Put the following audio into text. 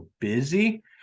busy